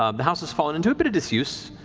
um the house has fallen into a bit of disuse.